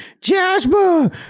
Jasper